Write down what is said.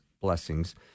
blessings